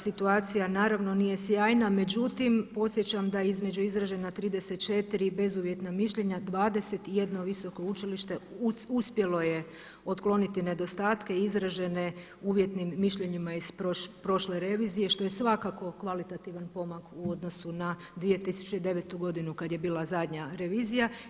Situacija naravno nije sjajna, međutim podsjećam da između izražena 34 bezuvjetna mišljenja 21 visoko učilište uspjelo je otkloniti nedostatke izražene uvjetnim mišljenjima iz prošle revizije što je svakako kvalitativan pomak u odnosu na 2009. godinu kada je bila zadnja revizija.